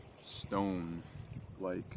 stone-like